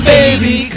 Baby